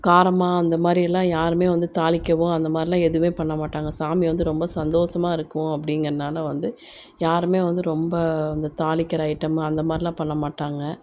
காரமாக அந்த மாதிரி எல்லாம் யாருமே வந்து தாளிக்கவோ அந்த மாதிரிலாம் எதுவே பண்ண மாட்டாங்க சாமி வந்து ரொம்ப சந்தோஷமா இருக்கும் அப்படிங்கிறனால வந்து யாருமே வந்து ரொம்ப வந்து தாளிக்கிற ஐட்டம் அந்த மாதிரிலாம் பண்ண மாட்டாங்க